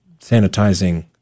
sanitizing